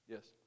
Yes